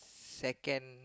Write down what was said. second